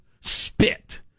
spit